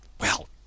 Well